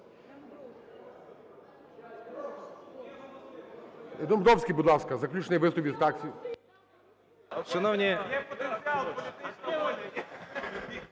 Домбровський, будь ласка, заключний виступ від фракції.